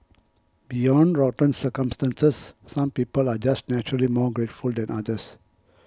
beyond rotten circumstances some people are just naturally more grateful than others